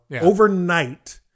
overnight